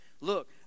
look